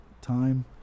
time